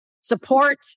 support